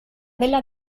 dela